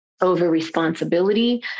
over-responsibility